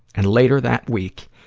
and later that week,